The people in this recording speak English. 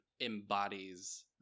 embodies